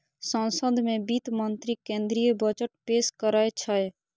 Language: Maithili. संसद मे वित्त मंत्री केंद्रीय बजट पेश करै छै